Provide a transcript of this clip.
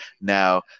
Now